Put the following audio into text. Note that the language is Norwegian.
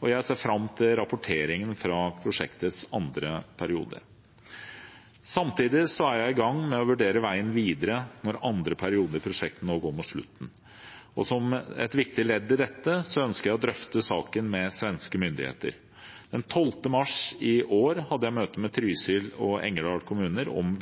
og jeg ser fram til rapporteringen fra prosjektets andre periode. Samtidig er jeg i gang med å vurdere veien videre når andre periode av prosjektet nå går mot slutten. Som et viktig ledd i dette ønsker jeg å drøfte saken med svenske myndigheter. Den 12. mars i år hadde jeg møte med Trysil og Engerdal kommuner om